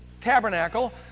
tabernacle